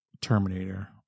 Terminator